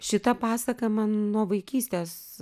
šita pasaka man nuo vaikystės